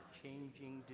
changing